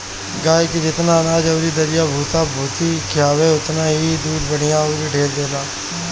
गाए के जेतना अनाज अउरी दरिया भूसा भूसी खियाव ओतने इ दूध बढ़िया अउरी ढेर देले